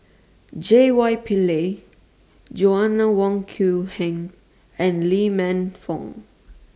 J Y Pillay Joanna Wong Quee Heng and Lee Man Fong